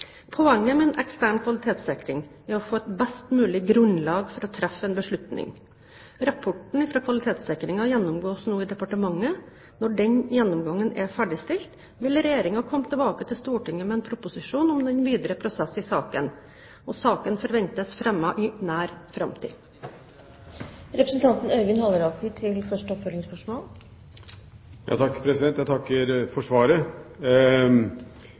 Poenget med en ekstern kvalitetssikring er å få et best mulig grunnlag for å treffe en beslutning. Rapporten om kvalitetssikringen gjennomgås nå i departementet. Når den gjennomgangen er ferdigstilt, vil Regjeringen komme tilbake til Stortinget med en proposisjon om den videre prosess i saken. Saken forventes fremmet i nær framtid. Jeg takker for svaret. Jeg er for så vidt enig i deler av svaret,